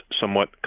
somewhat